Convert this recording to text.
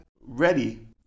ready